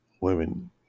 women